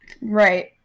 Right